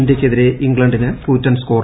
ഇന്ത്യയ്ക്കെതിരെ ഇംഗ്ലണ്ടിന് കൂറ്റൻ സ്കോർ